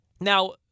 Now